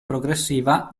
progressiva